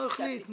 לא החליט.